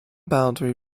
boundary